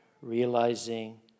realizing